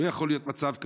לא יכול להיות מצב כזה.